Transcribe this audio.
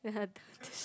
(uh huh)